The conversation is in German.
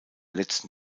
letzten